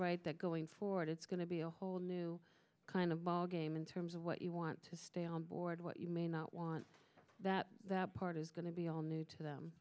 right that going forward it's going to be a whole new kind of ball game in terms of what you want to stay onboard what you may not want that that part is going to be all new to